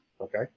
Okay